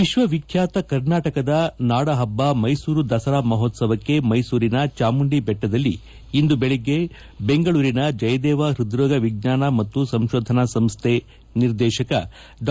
ವಿಶ್ವವಿಖ್ಯಾತ ಕರ್ನಾಟಕದ ನಾಡಹಬ್ಬ ಮೈಸೂರು ದಸರಾ ಮಹೋತ್ವವಕ್ಕೆ ಮೈಸೂರಿನ ಚಾಮುಂದಿ ಬೆಟ್ಟದಲ್ಲಿ ಇಂದು ಬೆಳಗ್ಗೆ ಬೆಂಗಳೂರಿನ ಜಯದೇವ ಹ್ಬದ್ರೋಗ ವಿಜ್ಞಾನ ಮತ್ತು ಸಂಶೋಧನಾ ಸಂಸ್ಥೆ ನಿರ್ದೇಶಕ ಡಾ